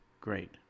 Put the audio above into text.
great